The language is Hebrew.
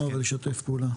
נשמח לשמוע ולשתף פעולה.